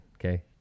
okay